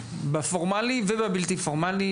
בפורמלי ובבלתי פורמלי,